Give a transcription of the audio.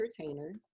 entertainers